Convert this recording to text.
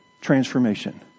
transformation